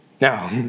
Now